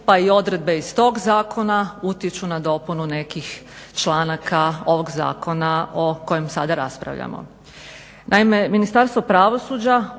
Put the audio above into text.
pa i odredbe iz toga zakona utječu na dopunu nekih članaka ovog zakona o kojem sada raspravljamo. Naime, Ministarstvo pravosuđa